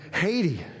Haiti